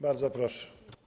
Bardzo proszę.